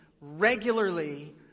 regularly